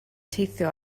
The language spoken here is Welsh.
teithio